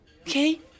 Okay